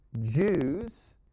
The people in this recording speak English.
Jews